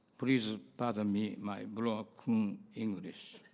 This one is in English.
please bother me my broken english